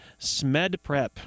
SMEDPREP